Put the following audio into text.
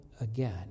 again